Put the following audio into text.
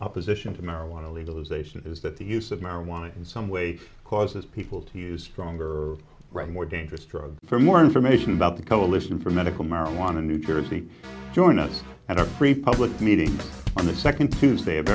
opposition to marijuana legalization is that the use of marijuana in some way causes people to use wrong or right more dangerous drug for more information about the coalition for medical marijuana new currently join us and our public meeting on the second tuesday of